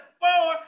four